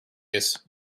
case